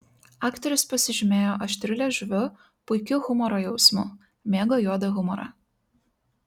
aktorius pasižymėjo aštriu liežuviu puikiu humoro jausmu mėgo juodą humorą